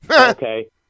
Okay